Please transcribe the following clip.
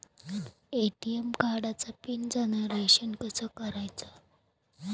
ATM कार्डचे PIN generation कसे करायचे?